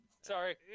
Sorry